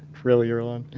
really, earlonne?